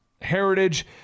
heritage